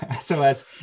SOS